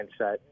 mindset